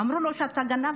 אמרו לו: אתה גנבת,